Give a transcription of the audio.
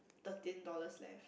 thirteen dollars left